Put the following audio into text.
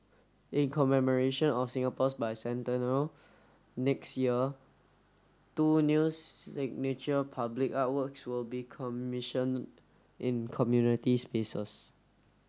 in commemoration of Singapore's Bicentennial next year two new signature public artworks will be commissioned in community spaces